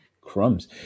Crumbs